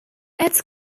its